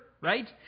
right